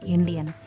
Indian